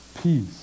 peace